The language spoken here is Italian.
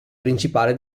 principale